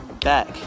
back